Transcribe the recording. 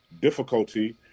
difficulty